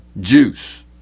Juice